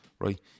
right